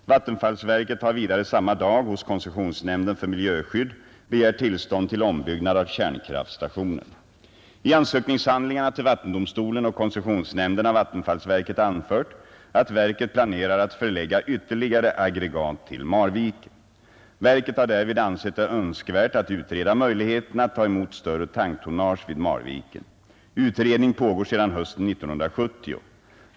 Vattenfallsverket har vidare samma dag hos koncessionsnämnden för miljöskydd begärt tillstånd till ombyggnad av kärnkraftstationen. I ansökningshandlingarna till vattendomstolen och koncessionsnämnden har vattenfallsverket anfört att verket planerar att förlägga ytterligare aggregat till Marviken. Verket har därvid ansett det önskvärt att utreda möjligheterna att ta emot större tanktonnage vid Marviken. Utredning pågår sedan hösten 1970.